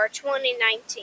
2019